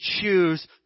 choose